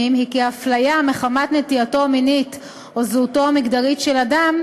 היא כהפליה מחמת נטייתו המינית או זהותו המגדרית של אדם,